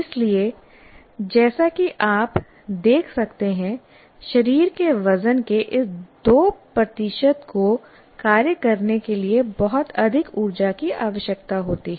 इसलिए जैसा कि आप देख सकते हैं शरीर के वजन के इस 2 को कार्य करने के लिए बहुत अधिक ऊर्जा की आवश्यकता होती है